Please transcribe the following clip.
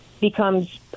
becomes